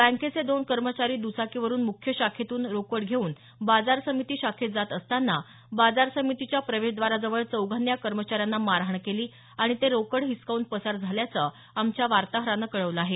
बँकेचे दोन कर्मचारी द्रचाकीवरून मुख्य शाखेतून रोकड घेऊन बाजार समिती शाखेत जात असताना बाजार समितीच्या प्रवेशद्वाराजवळ चौघांनी या कर्मचाऱ्यांना मारहाण केली आणि ते रोकड हिसकावून पसार झाल्याचं आमच्या वार्ताहरानं कळवलं आहे